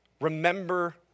Remember